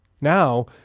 now